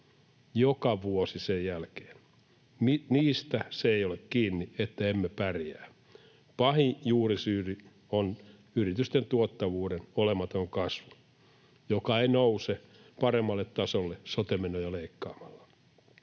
joka vuosi sen jälkeen. Niistä se ei ole kiinni, että emme pärjää. Pahin juurisyy on yritysten tuottavuuden olematon kasvu, joka ei nouse paremmalle tasolle sote-menoja leikkaamalla.